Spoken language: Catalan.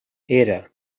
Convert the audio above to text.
era